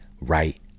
right